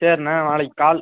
சேரிண்ண நாளைக்கு கால்